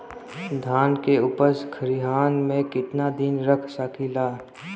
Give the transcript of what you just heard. धान के उपज खलिहान मे कितना दिन रख सकि ला?